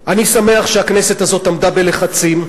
אני שמח שהכנסת הזאת עמדה בלחצים.